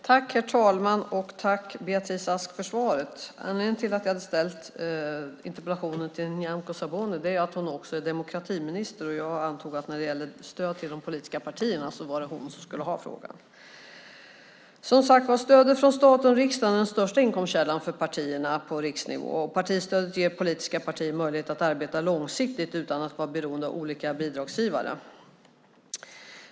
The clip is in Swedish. Herr talman! Jag vill tacka Beatrice Ask för svaret. Anledningen till att jag ställt interpellationen till Nyamko Sabuni är att hon också är demokratiminister. Jag antog att det när det gäller stöd till de politiska partierna var hon som skulle ha interpellationen. Stödet från stat och riksdag är, som sagt, den största inkomstkällan för partierna på riksnivå. Partistödet ger politiska partier möjlighet att arbeta långsiktigt utan att vara beroende av olika bidragsgivare.